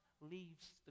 leaves